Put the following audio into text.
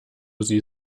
sie